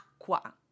acqua